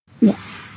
Yes